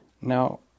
Now